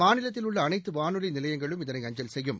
மாநிலத்தில் உள்ள அனைத்து வானொலி நிலையங்களும் இதனை அஞ்சல் செய்யும்